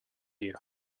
you